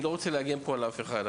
אני לא רוצה להגן פה על אף אחד,